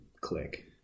click